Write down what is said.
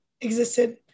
existed